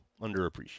underappreciated